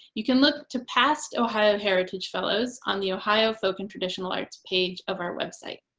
you can look to past ohio heritage fellows on the ohio folk and traditional arts page of our website.